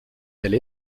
elle